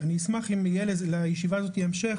אני אשמח אם יהיה לישיבה הזו המשך,